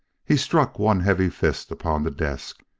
he struck one heavy fist upon the desk.